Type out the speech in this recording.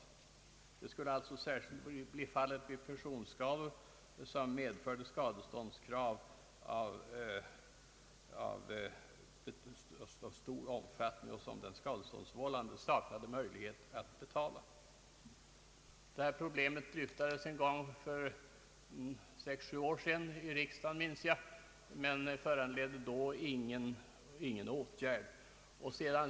Detta skulle särskilt kunna bli fallet vid svåra personskador med skadeståndskrav av så stor omfattning att den skadevållande saknade möjlighet att betala ersättningen. Riksdagen behandlade efter vad jag minns också detta problem för sex sju år sedan, dock utan resultat.